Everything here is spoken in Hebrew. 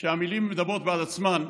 כשהמילים מדברות בעד עצמן,